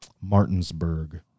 Martinsburg